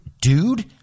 dude